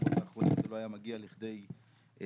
בשבועות האחרונים זה לא היה מגיע לכדי גמר,